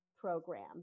program